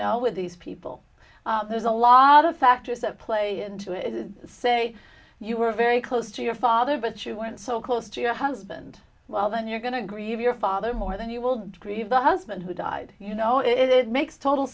know with these people there's a lot of factors that play into it and say you were very close to your father but you weren't so close to your husband well then you're going to grieve your father more than you will dream of the husband who died you know it it makes total